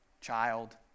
child